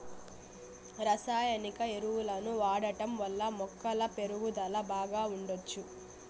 రసాయనిక ఎరువులను వాడటం వల్ల మొక్కల పెరుగుదల బాగా ఉండచ్చు